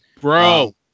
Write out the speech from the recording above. Bro